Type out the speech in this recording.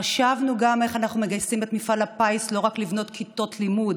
חשבנו גם איך אנחנו מגייסים את מפעל הפיס לא רק לבנות כיתות לימוד